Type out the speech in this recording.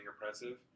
oppressive